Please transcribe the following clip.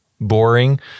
boring